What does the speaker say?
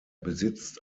besitzt